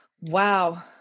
Wow